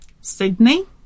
Sydney